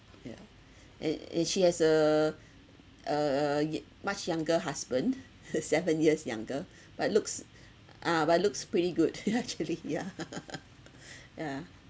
yeah and and she has a a a y~ much younger husband seven years younger but looks uh but looks pretty good yeah actually yeah yeah